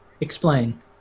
Explain